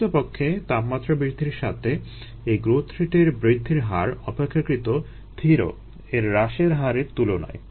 প্রকৃতপক্ষে তাপমাত্রার বৃদ্ধির সাথে এই গ্রোথ রেটের বৃদ্ধির হার অপেক্ষাকৃত ধীর এর হ্রাসের হারের তুলনায়